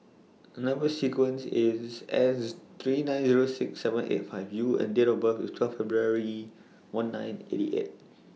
Number sequence IS S three nine Zero six seven eight five U and Date of birth IS twelve February one nine eighty eight